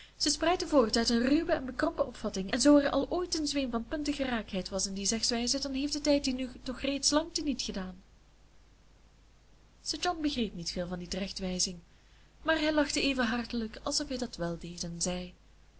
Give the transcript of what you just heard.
spruiten voort uit een ruwe en bekrompen opvatting en zoo al er ooit een zweem van puntige raakheid was in die zegswijzen dan heeft de tijd die nu toch reeds lang te niet gedaan sir john begreep niet veel van die terechtwijzing maar hij lachte even hartelijk alsof hij dat wèl deed en zei